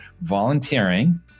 volunteering